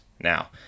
Now